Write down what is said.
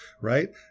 right